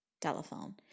telephone